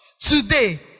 Today